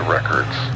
Records